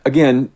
Again